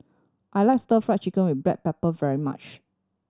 I like Stir Fry Chicken with black pepper very much